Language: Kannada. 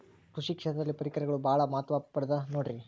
ಕೃಷಿ ಕ್ಷೇತ್ರದಲ್ಲಿ ಪರಿಕರಗಳು ಬಹಳ ಮಹತ್ವ ಪಡೆದ ನೋಡ್ರಿ?